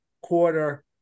quarter